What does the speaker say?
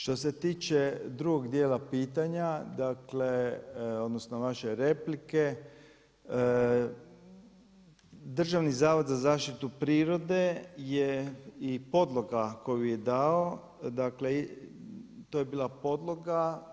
Što se tiče drugog dijela pitanja, dakle odnosno vaše replike Državni zavod za zaštitu prirode je i podloga koju je dao, dakle to je bila podloga.